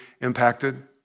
impacted